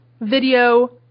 video